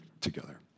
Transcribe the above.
together